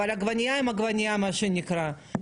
עגבנייה עם עגבנייה מה שנקרא,